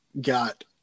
got